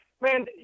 man